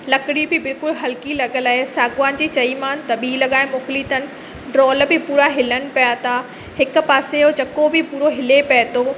लकिड़ी बि बिल्कुलु हलकी लॻल आहे साॻवान जी चईमानि त ॿी लॻाए मोकिली अथनि ड्रोल बि पूरा हिलनि पिया था हिकु पासे जो चको बि पूरो हिले पए थो